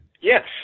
Yes